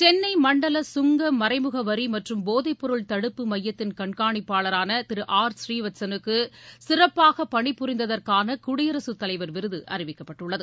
சென்னை மண்டல சுங்க மறைமுக வரி மற்றும் போதைப்பொருள் தடுப்பு மையத்தின் கண்காணிப்பாளரான திரு ஆர் ஸ்ரீவட்சனுக்கு சிறப்பாக பணிபுரிந்ததற்கான குடியரசுத் தலைவர் விருது அறிவிக்கப்பட்டுள்ளது